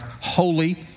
holy